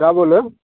क्या बोल रहे हैं